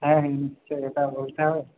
হ্যাঁ হ্যাঁ নিশ্চয় এটা বলতে হবে